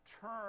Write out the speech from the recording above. turn